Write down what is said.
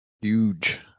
Huge